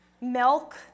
Milk